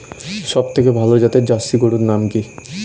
সবথেকে ভালো জাতের জার্সি গরুর নাম কি?